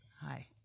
Hi